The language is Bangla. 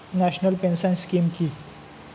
ন্যাশনাল পেনশন স্কিম কি?